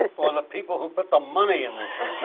the sort of the people who put the money in the show!